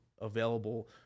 available